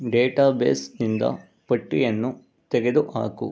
ಡೇಟಾಬೇಸ್ನಿಂದ ಪಟ್ಟಿಯನ್ನು ತೆಗೆದುಹಾಕು